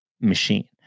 machine